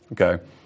Okay